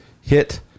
Hit